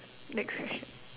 next question